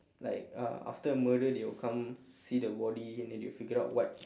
like uh after a murder they will come see the body and then they will figure out what